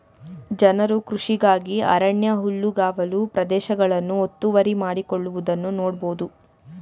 ಜನರು ಕೃಷಿಗಾಗಿ ಅರಣ್ಯ ಹುಲ್ಲುಗಾವಲು ಪ್ರದೇಶಗಳನ್ನು ಒತ್ತುವರಿ ಮಾಡಿಕೊಳ್ಳುವುದನ್ನು ನೋಡ್ಬೋದು